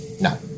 no